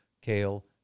kale